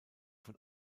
von